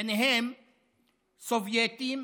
ובהם סובייטים,